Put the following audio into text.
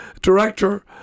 director